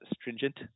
stringent